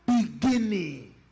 beginning